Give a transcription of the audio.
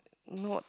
not